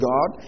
God